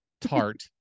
tart